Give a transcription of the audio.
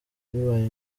bibaye